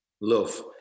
love